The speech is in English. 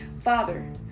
Father